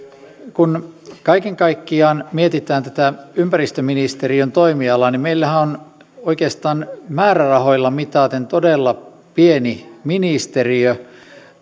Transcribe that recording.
kun kaiken kaikkiaan mietitään ympäristöministeriön toimialaa niin meillähän on oikeastaan määrärahoilla mitaten todella pieni ministeriö